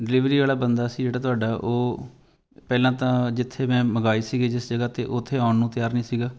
delivery ਵਾਲਾ ਬੰਦਾ ਸੀ ਜਿਹੜਾ ਤੁਹਾਡਾ ਉਹ ਪਹਿਲਾਂ ਤਾਂ ਜਿੱਥੇ ਮੈਂ ਮੰਗਵਾਏ ਸੀਗੇ ਜਿਸ ਜਗ੍ਹਾ 'ਤੇ ਉੱਥੇ ਆਉਣ ਨੂੰ ਤਿਆਰ ਨਹੀਂ ਸੀਗਾ